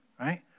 right